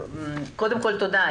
קודם כול, תודה.